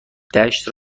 دشت